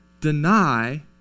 deny